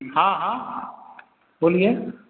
ہاں ہاں بولیے